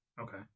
Okay